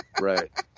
Right